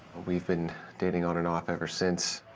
we've been dating on and off ever since.